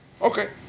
Okay